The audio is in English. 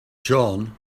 john